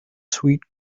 sweet